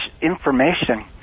information